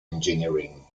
engineering